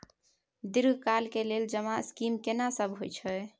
दीर्घ काल के लेल जमा स्कीम केना सब छै?